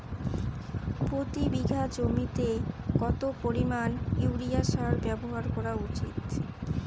প্রতি বিঘা জমিতে কত পরিমাণ ইউরিয়া সার ব্যবহার করা উচিৎ?